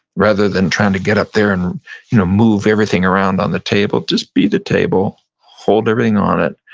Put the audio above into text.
rather than trying to get up there and you know move everything around on the table, just be the table, hold everything on it,